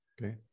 Okay